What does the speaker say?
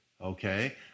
Okay